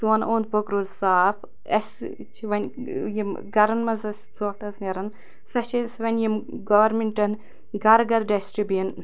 سون اوٚند پوٚک روٗد صاف اسہِ چھِ وۄنۍ ٲں یم گھرَن مَنٛز اسہِ ژھۄٹھ ٲس نیران سۄ چھِ أسۍ وۄنۍ یم گورمنٹَن گھرٕ گھرٕ ڈسٹہٕ بیٖن